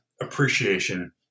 appreciation